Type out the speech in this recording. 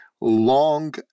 long